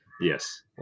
Yes